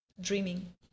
dreaming